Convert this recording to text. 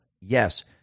Yes